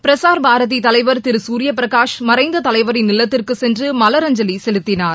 பிரசார் பாரதி தலைவர் திரு சூர்யபிரகாஷ் மறைந்த தலைவரின் இல்லத்திற்கு சென்று மலரஞ்சலி செலுத்தினார்